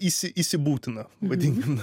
įsi įsibūtina vadinkim